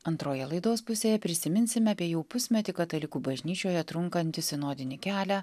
antroje laidos pusėje prisiminsime apie jau pusmetį katalikų bažnyčioje trunkantį sinodinį kelią